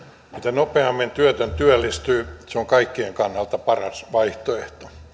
nopeammin työtön työllistyy se on kaikkien kannalta paras vaihtoehto